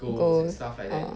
ghosts ah